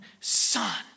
son